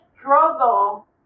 struggle